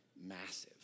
massive